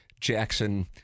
Jackson